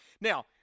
Now